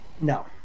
No